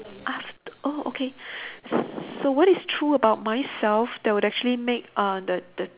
aft~ oh okay so what is true about myself that will actually make uh the the